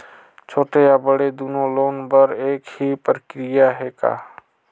छोटे या बड़े दुनो लोन बर एक ही प्रक्रिया है का?